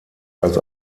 als